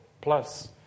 Plus